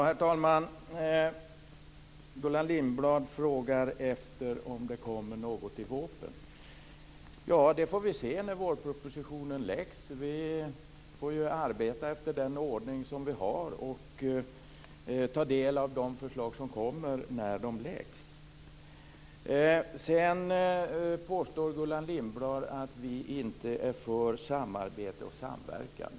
Herr talman! Gullan Lindblad frågar om det kommer något i vårpropositionen. Det får vi se när vårpropositionen läggs fram. Vi får arbeta efter den ordning vi har och ta del av de förslag som kommer när de läggs fram. Gullan Lindblad påstår sedan att vi inte är för samarbete och samverkan.